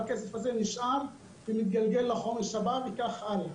הכסף הזה נשאר ומתגלגל לחומש הבא וכך הלאה.